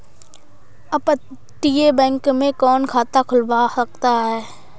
अपतटीय बैंक में कौन खाता खुलवा सकता है?